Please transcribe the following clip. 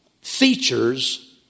features